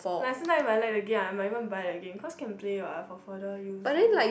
like sometime I like the game I might even but the game cause can play what for further use